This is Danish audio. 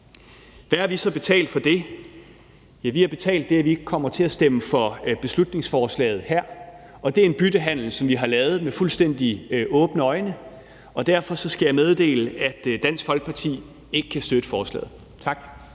Hvad har vi så betalt for det? Vi har betalt det, at vi ikke kommer til at stemme for beslutningsforslaget her, og det er en byttehandel, som vi har lavet med fuldstændig åbne øjne, og derfor skal jeg meddele, at Dansk Folkeparti ikke kan støtte forslaget. Tak.